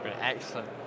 Excellent